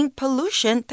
pollution